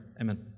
amen